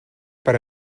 per